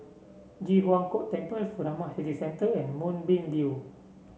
Ji Huang Kok Temple Furama City Centre and Moonbeam View